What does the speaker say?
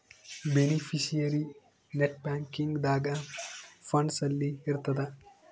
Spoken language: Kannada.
ಬೆನಿಫಿಶಿಯರಿ ನೆಟ್ ಬ್ಯಾಂಕಿಂಗ್ ದಾಗ ಫಂಡ್ಸ್ ಅಲ್ಲಿ ಇರ್ತದ